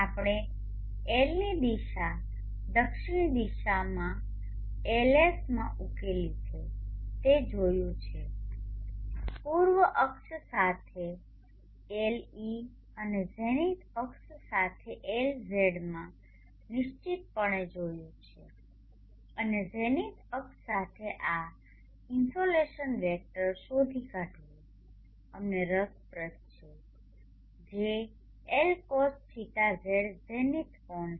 આપણે L ની દિશા દક્ષિણ દિશામાં LS માં ઉકેલી છે તે જોયું છે પૂર્વ અક્ષ સાથે LE અને ઝેનિથ અક્ષ સાથે LZ માં નિશ્ચિતપણે જોયું છે અને ઝેનિથ અક્ષ સાથે આ ઇનસોલેશન વેક્ટર શોધી કાઢવું અમને રસપ્રદ છે જે Lcosθz ઝેનિથ કોણ છે